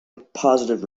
positive